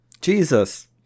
Jesus